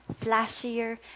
flashier